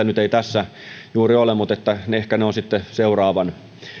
nyt tässä juuri ole mutta ehkä ne ovat sitten seuraavan